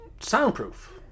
soundproof